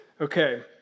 Okay